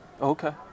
Okay